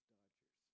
Dodgers